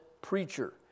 preacher